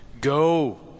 go